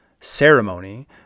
ceremony